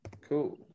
Cool